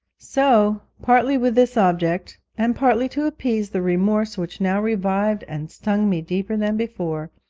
so, partly with this object, and partly to appease the remorse which now revived and stung me deeper than before,